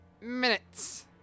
minutes